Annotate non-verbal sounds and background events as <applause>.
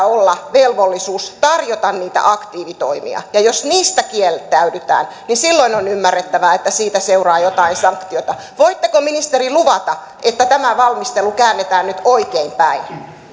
<unintelligible> olla velvollisuus tarjota niitä aktiivitoimia ja jos niistä kieltäydytään niin silloin on ymmärrettävää että siitä seuraa jotain sanktiota voitteko ministeri luvata että tämä valmistelu käännetään nyt oikeinpäin